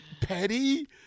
petty